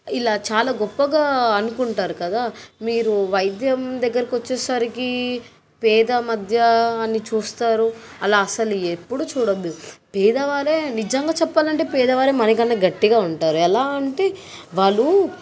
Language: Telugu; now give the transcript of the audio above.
ఇలా చాలా గొప్పగా అనుకుంటారు కదా మీరు వైద్యం దగ్గరకొచ్చేసరికి పేద మధ్య అని చూస్తారు అలా అస్సలు ఎప్పుడూ చూడొద్దు పేదవారే నిజంగా చెప్పాలంటే పేదవారే మనకన్నా గట్టిగా ఉంటారు ఎలా అంటే వాళ్ళు